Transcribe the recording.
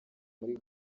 muri